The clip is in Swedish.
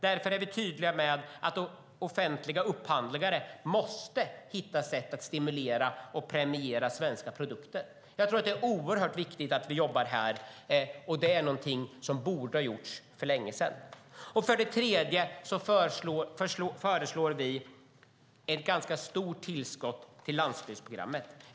Därför är vi tydliga med att offentliga upphandlare måste hitta sätt att stimulera och premiera svenska produkter. Det är oerhört viktigt att vi jobbar med det. Det är någonting som borde ha gjorts för länge sedan. Det tredje vi föreslår är ett ganska stort tillskott till landsbygdsprogrammet.